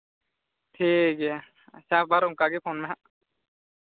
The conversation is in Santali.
ᱴᱷᱤᱠ ᱜᱮᱭᱟ ᱟᱪᱪᱷᱟ ᱟᱵᱟᱨ ᱚᱱᱠᱟ ᱜᱮ ᱯᱷᱳᱱ ᱢᱮ ᱱᱟᱦᱟᱜ